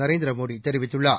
நரேந்திர மோடி தெரிவித்துள்ளார்